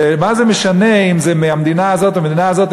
שמה זה משנה אם הוא מהמדינה הזאת או מהמדינה הזאת,